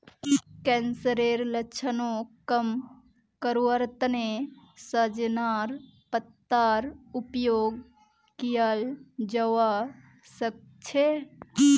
कैंसरेर लक्षणक कम करवार तने सजेनार पत्तार उपयोग कियाल जवा सक्छे